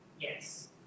Yes